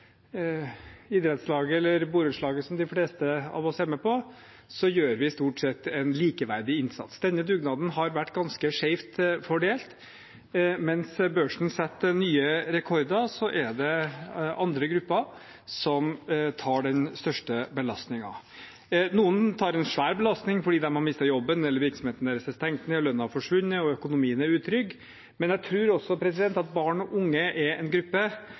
idrettslaget eller borettslaget som de fleste av oss er med på, gjør vi stort sett en likeverdig innsats. Denne dugnaden har vært ganske skjevt fordelt. Mens børsen setter nye rekorder, er det andre grupper som tar den største belastningen. Noen tar en svær belastning fordi de har mistet jobben, eller virksomheten deres er stengt ned, lønna forsvunnet og økonomien utrygg, men jeg tror også at barn og unge er en gruppe